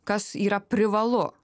kas yra privalu